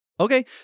Okay